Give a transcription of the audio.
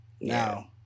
Now